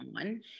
on